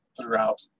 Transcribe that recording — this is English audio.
throughout